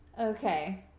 Okay